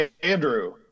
Andrew